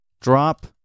Drop